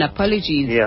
Apologies